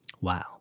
Wow